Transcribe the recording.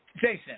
Jason